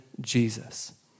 Jesus